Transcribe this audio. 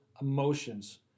emotions